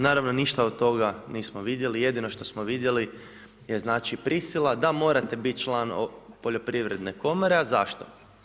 Naravno, ništa od toga nismo vidjeli, jedino što smo vidjeli je znači, prisila da morate biti član poljoprivredne komore, a zašto?